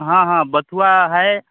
हाँ हाँ बथुआ है